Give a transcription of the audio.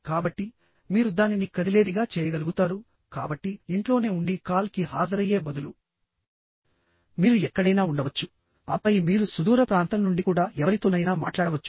కాబట్టి మీరు దానిని కదిలేదిగా చేయగలుగుతారు కాబట్టి ఇంట్లోనే ఉండి కాల్ కి హాజరయ్యే బదులు మీరు ఎక్కడైనా ఉండవచ్చుఆపై మీరు సుదూర ప్రాంతం నుండి కూడా ఎవరితోనైనా మాట్లాడవచ్చు